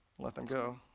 let them go.